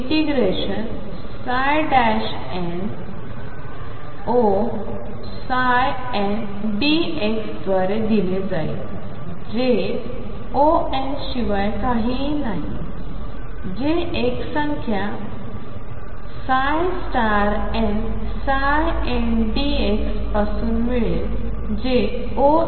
मग ⟨O⟩ हे∫nOndx द्वारे दिले जाईल जे On शिवाय काहीही नाही जे एक संख्या nndx पासून मिळेल जे On